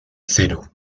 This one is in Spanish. zero